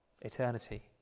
Eternity